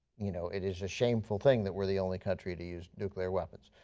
you know it is a shameful thing that we are the only country to use nuclear weapons.